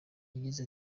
yagize